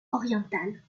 orientale